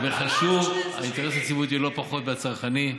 חשוב האינטרס היציבותי לא פחות מהצרכני,